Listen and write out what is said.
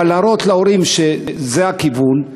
אבל להראות להורים שזה הכיוון,